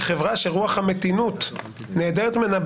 שחברה שרוח המתינות נעדרת ממנה,